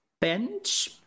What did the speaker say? bench